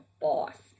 boss